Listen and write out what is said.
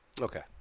Okay